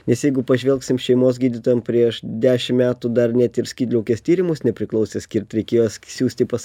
nes jeigu pažvelgsim šeimos gydytojam prieš dešim metų dar net ir skydliaukės tyrimus nepriklausė skirt reikėjo siųsti pas